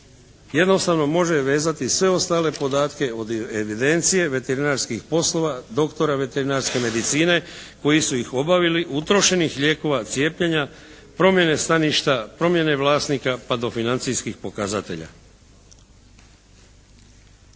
jednostavno može vezati sve ostale podatke od evidencije, veterinarskih poslova, doktora veterinarske medicine koji su ih obavili, utrošenih lijekova, cijepljenja, promjene staništa, promjene vlasnika pa do financijskih pokazatelja.